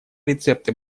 рецепты